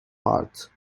heart